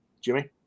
Jimmy